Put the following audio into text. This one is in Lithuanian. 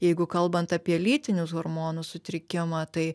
jeigu kalbant apie lytinius hormonus sutrikimą tai